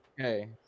Okay